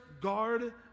guard